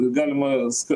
galima sk